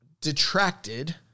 detracted